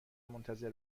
منتظر